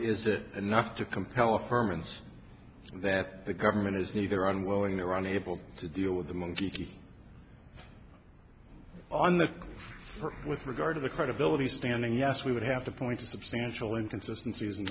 is it enough to compel a firm and that the government is neither unwilling or unable to deal with the monkey on the first with regard to the credibility standing yes we would have to point to substantial inconsistency isn't